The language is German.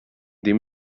dem